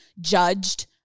judged